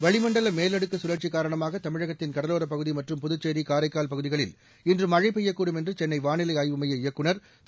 வளிமண்டல மேலடுக்கு கழற்சி காரணமாக தமிழகத்தின் கடலோரப் பகுதி மற்றும் புதுச்சேரி காரைக்கால் பகுதிகளில் இன்று மழை பெய்யக்கூடும் என்று சென்னை வானிலை ஆய்வு மைய இயக்குநர் திரு